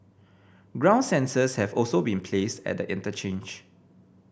ground sensors have also been placed at the interchange